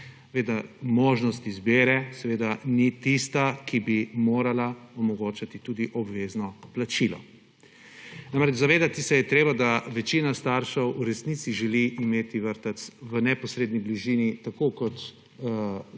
možnost izbire ni tista, ki bi morala omogočati tudi obvezno plačilo. Namreč, zavedati se je treba, da večina staršev v resnici želi imeti vrtec v neposredni bližini, tako kot imajo